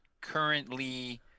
currently